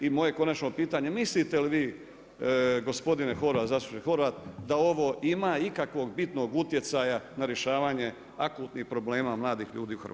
I moje konačno pitanje mislite li vi gospodine Horvat, zastupniče Horvat da ovo ima ikakvog bitnog utjecanja na rješavanje akutnih problema mladih ljudi u Hrvatskoj?